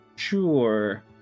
Sure